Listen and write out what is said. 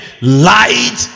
light